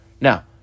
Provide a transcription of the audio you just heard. Now